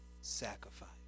sacrifice